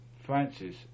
Francis